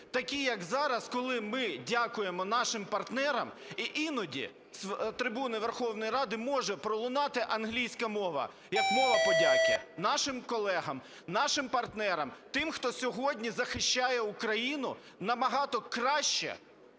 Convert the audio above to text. такі як зараз, коли ми дякуємо нашим партнерам. І іноді з трибуни Верховної Ради може пролунати англійська мова як мова подяки нашим колегам, нашим партнерам, тим, хто сьогодні захищає Україну набагато краще,